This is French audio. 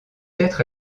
être